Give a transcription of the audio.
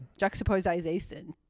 Juxtaposization